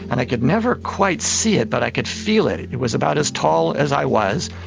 and i could never quite see it but i could feel it. it it was about as tall as i was,